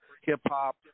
hip-hop